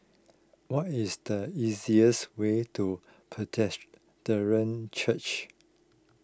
what is the easiest way to Church